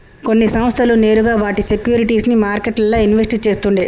కొన్ని సంస్థలు నేరుగా వాటి సేక్యురిటీస్ ని మార్కెట్లల్ల ఇన్వెస్ట్ చేస్తుండే